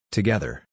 Together